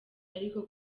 ariko